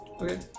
okay